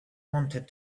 wanted